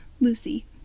Lucy